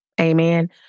amen